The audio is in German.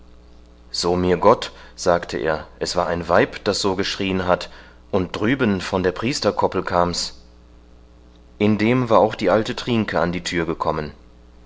so mir gott sagte er es war ein weib das so geschrien hat und drüben von der priesterkoppel kam's indem war auch die alte trienke in die thür gekommen